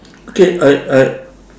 okay I I